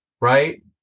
right